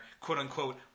quote-unquote